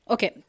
Okay